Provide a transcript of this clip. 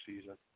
season